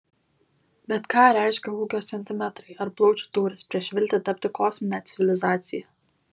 bet ką reiškia ūgio centimetrai ar plaučių tūris prieš viltį tapti kosmine civilizacija